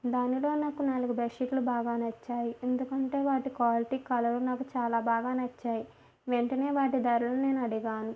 దానిలో నాకు నాలుగు బెడ్ షీట్లు బాగా నచ్చాయి ఎందుకంటే వాటి క్వాలిటీ కలరు నాకు బాగా నచ్చాయి వెంటనే వాటి ధరలు నేను అడిగాను